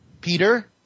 Peter